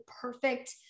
perfect